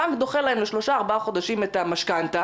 הבנק דוחה להם לשלושה-ארבעה חודשים את המשכנתא,